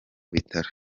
bitaro